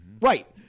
Right